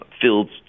fields